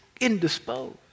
indisposed